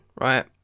right